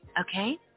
okay